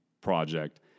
project